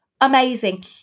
amazing